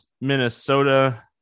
Minnesota